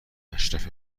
اشرف